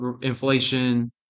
inflation